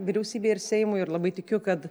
vyriausybei ir seimui ir labai tikiu kad